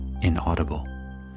inaudible